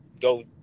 go